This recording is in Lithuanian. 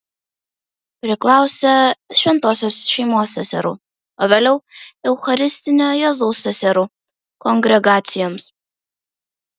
priklausė šventosios šeimos seserų o vėliau eucharistinio jėzaus seserų kongregacijoms